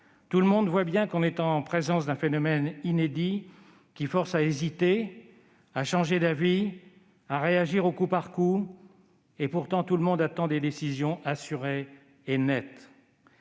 Tout le monde voit bien qu'on est en présence d'un phénomène inédit, qui force à hésiter, à changer d'avis, à réagir au coup par coup. Pourtant tout le monde attend des décisions assurées et nettes.